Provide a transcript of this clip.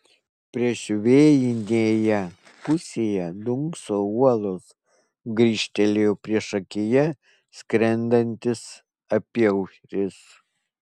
priešvėjinėje pusėje dunkso uolos grįžtelėjo priešakyje skrendantis apyaušris